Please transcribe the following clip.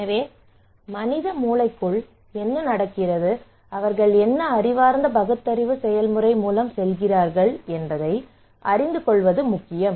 எனவே மனித மூளைக்குள் என்ன நடக்கிறது அவர்கள் என்ன அறிவார்ந்த பகுத்தறிவு செயல்முறை மூலம் செல்கிறார்கள் என்பதை அறிந்து கொள்வது முக்கியம்